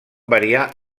variar